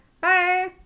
Bye